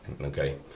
Okay